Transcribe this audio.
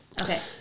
Okay